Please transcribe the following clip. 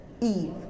Eve